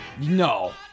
No